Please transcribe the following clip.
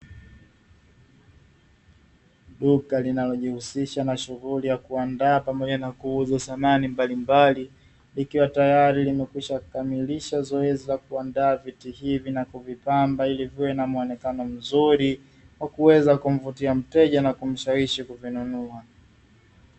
Duka linalojihusisha na shughuli ya kuandaa pamoja na kuuza samani mbalimbali, likiwa tayari limekwishakamilisha zoezi la kuandaa viti hivi na kuvipamba, ili viwe na muonekano mzuri kwa kuweza kumvutia mteja na kumshawishi kuvinunua.